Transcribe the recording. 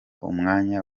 umwanya